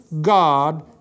God